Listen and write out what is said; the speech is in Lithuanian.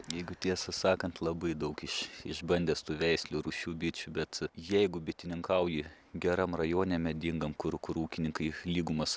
jeigu tiesą sakant labai daug iš išbandęs tų veislių rūšių bičių bet jeigu bitininkauji geram rajone medingam kur kur ūkininkai lygumas